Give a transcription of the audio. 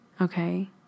okay